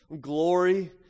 glory